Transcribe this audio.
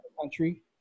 country